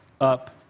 up